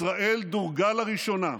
ישראל דורגה לראשונה,